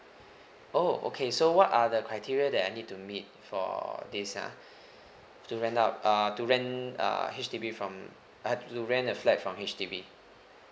oh okay so what are the criteria that I need to meet for this ah to rent out uh to rent uh H_D_B from uh to rent a flat from H_D_B